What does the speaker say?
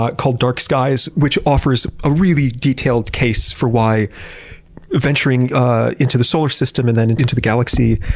ah called dark skies, which offers a really detailed case for why venturing ah into the solar system and then into the galaxy